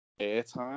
airtime